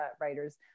writers